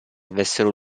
avessero